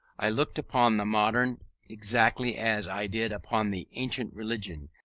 i looked upon the modern exactly as i did upon the ancient religion,